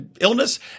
illness